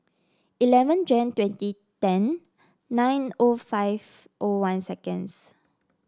eleven Jan twenty ten nine O five O one seconds